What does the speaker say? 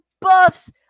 buffs